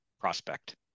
prospect